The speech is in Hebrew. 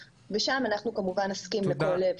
אנחנו בטוחים שהוועדה תדע לעשות הכול כדי